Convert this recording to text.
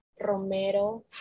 romero